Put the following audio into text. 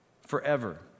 forever